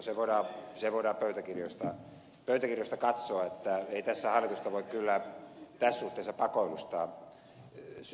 se voidaan pöytäkirjoista katsoa ei tässä hallitusta voi kyllä tässä suhteessa pakoilusta syyttää